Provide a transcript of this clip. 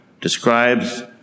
Describes